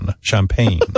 champagne